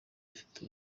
ifite